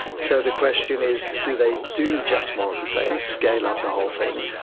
so the question is, do they do just more of the same, scale up the whole thing,